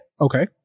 Okay